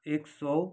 एक सय